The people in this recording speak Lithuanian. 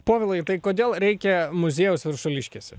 povilai tai kodėl reikia muziejaus viršuliškėse